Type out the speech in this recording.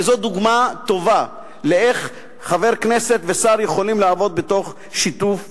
כי זו דוגמה טובה איך חבר כנסת ושר יכולים לעבוד בשיתוף פעולה.